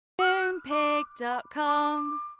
Moonpig.com